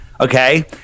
Okay